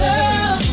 Girl